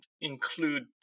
include